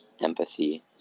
empathy